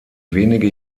wenige